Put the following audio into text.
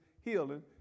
healing